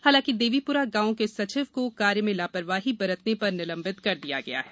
हालांकि देवीप्रा गाँव के सचिव को कार्य में लापरवाही बरतने पर निलंबित कर दिया गया है